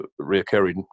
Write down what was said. reoccurring